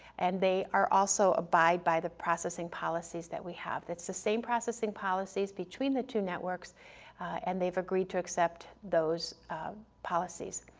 and they also abide by the processing policies that we have, it's the same processing policies between the two networks and they've agreed to accept those policies.